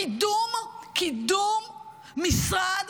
קידום משרד